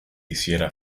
hiciera